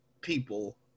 people